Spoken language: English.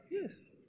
yes